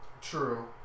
True